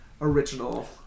original